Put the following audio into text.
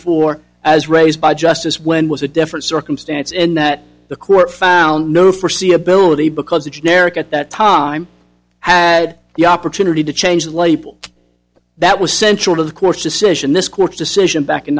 four as raised by justice when was a different circumstance in that the court found no for see ability because the generic at that time had the opportunity to change that label that was central to the court's decision this court's decision back in